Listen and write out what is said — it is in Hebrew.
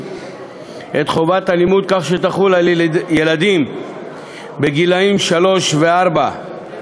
את חובת הלימוד כך שתחול על ילדים גילאי שלוש וארבע.